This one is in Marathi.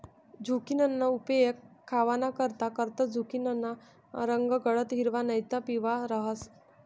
झुकिनीना उपेग खावानाकरता करतंस, झुकिनीना रंग गडद हिरवा नैते पिवया रहास